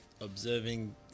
Observing